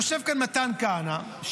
יושב כאן מתן כהנא,